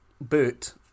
Boot